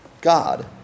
God